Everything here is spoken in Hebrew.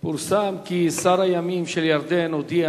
פורסם כי שר הימים של ירדן הודיע